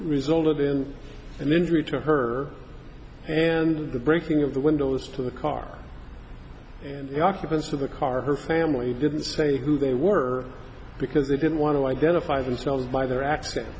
result of an injury to her and the breaking of the windows to the car occupants of the car her family didn't say who they were because they didn't want to identify themselves by their accent